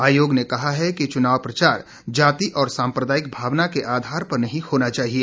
आयोग ने कहा है कि चुनाव प्रचार जाति और सांप्रदायिक भावना के आधार पर नहीं होना चाहिए